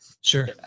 Sure